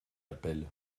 appelle